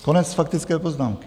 Konec faktické poznámky.